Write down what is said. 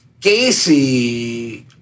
Gacy